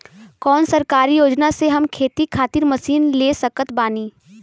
कौन सरकारी योजना से हम खेती खातिर मशीन ले सकत बानी?